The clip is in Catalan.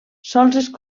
sols